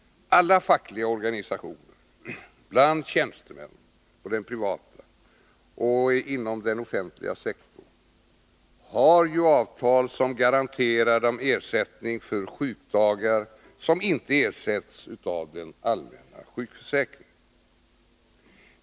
Alla fackliga organisationer för tjänstemän på den privata och inom den offentliga sektorn har avtal som garanterar dem ersättning för sjukdagar som inte ersätts av den allmänna sjukförsäkringen.